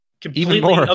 completely